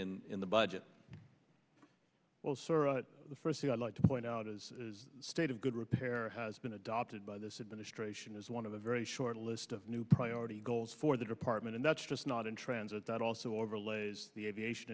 fit in the budget well sir the first thing i'd like to point out is the state of good repair has been adopted by this administration as one of the very short list of new priority goals for the department of that's just not in transit that also overlays the aviation